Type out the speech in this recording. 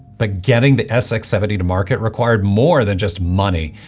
but getting the sx seventy to market required more than just money,